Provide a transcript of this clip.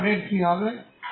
তাই রডের কি হবে